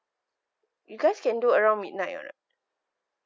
you guys can do around midnight [one] ah